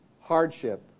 hardship